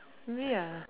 really ah